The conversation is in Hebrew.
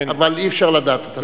אבל אי-אפשר לדעת.